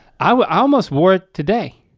i almost wore it today.